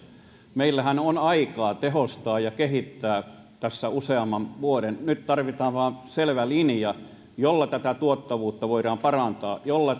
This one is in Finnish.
meillähän on aikaa tehostaa ja kehittää tässä useamman vuoden nyt tarvitaan vain selvä linja jolla tätä tuottavuutta voidaan parantaa jolla